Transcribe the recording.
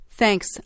Thanks